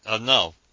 no